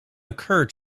occur